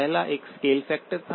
पहला एक scale factor था